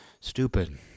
Stupid